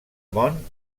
món